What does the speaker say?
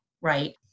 right